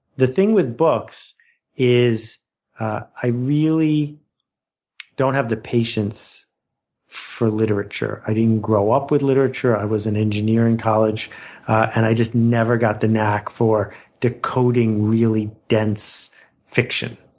the thing with books is i really don't have the patience for literature. i didn't grow up with literature. i was an engineer in college and i just never got the act for decoding really dense fiction.